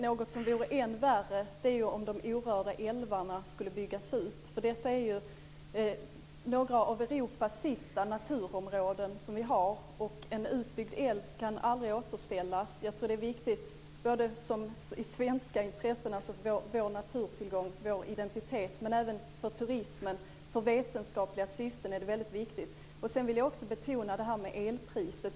Något som vore än värre är ju om de orörda älvarna skulle byggas ut. Vi har ju här några av Europas sista naturområden, och en utbyggd älv kan aldrig återställas. Jag tror att det är viktigt för svenska intressen, t.ex. för våra naturtillgångar och vår identitet, men även för turismen och för vetenskapliga syften är det väldigt viktigt. Sedan vill jag också betona frågan om elpriset.